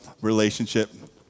relationship